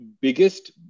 biggest